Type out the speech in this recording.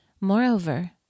Moreover